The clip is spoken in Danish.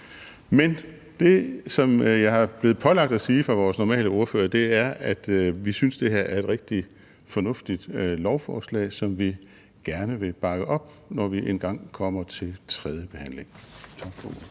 aften. Det, som jeg er blevet pålagt at sige for vores normale ordfører, er, at vi synes, at det her er et rigtig fornuftigt lovforslag, som vi gerne vil bakke op, når vi engang kommer til tredjebehandlingen.